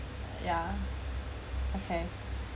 yeah okay